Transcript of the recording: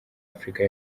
afurika